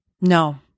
No